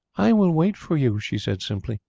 i will wait for you, she said simply,